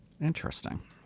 Interesting